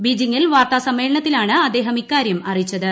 ബീജിംഗിൽ വാർത്താ ് സമ്മേളനത്തിലാണ് അദ്ദേഹം ഇക്കാര്യം അറിയിച്ചത്